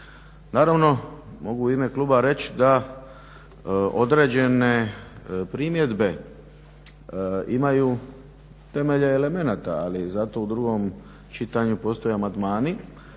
Naravno mogu u ime kluba reći da određene primjedbe imaju temelje elemenata ali zato u drugom čitanju postoje amandmani,